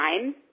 time